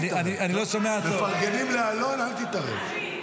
אל תתערב.